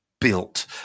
built